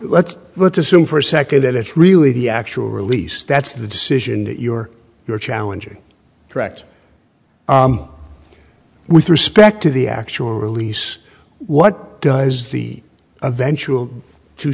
let's assume for a second that it's really the actual release that's the decision that you're you're challenging correct with respect to the actual release what does the eventual two